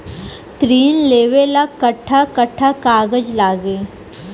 ऋण लेवेला कट्ठा कट्ठा कागज लागी?